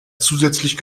zusätzlich